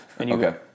Okay